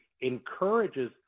encourages